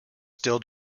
still